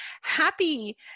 Happy